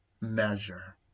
measure